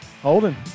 Holden